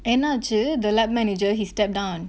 என்னாச்சு:ennachu the lab manager he step down